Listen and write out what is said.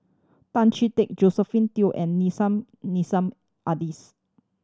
Tan Chee Teck Josephine Teo and Nissim Nassim Adis